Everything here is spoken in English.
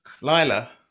Lila